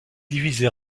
divisé